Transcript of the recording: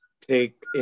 take